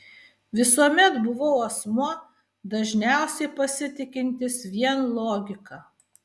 visuomet buvau asmuo dažniausiai pasitikintis vien logika